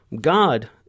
God